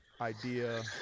idea